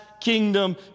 kingdom